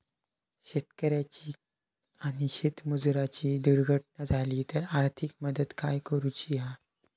शेतकऱ्याची आणि शेतमजुराची दुर्घटना झाली तर आर्थिक मदत काय करूची हा?